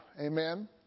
Amen